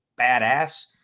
badass